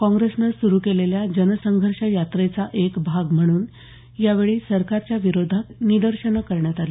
काँग्रेसनं सुरू केलेल्या जन संघर्ष यात्रेचा एक भाग म्हणून यावेळी सरकारच्या विरोधात निदर्शनं करण्यात आली